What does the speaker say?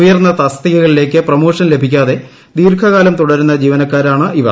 ഉയർന്ന തസ്തികകളിലേക്ക് പ്രൊമോഷൻ ലഭിക്കാതെ ദീർഘകാലം തുടരുന്ന ജീവനക്കാരാണ് ഇവർ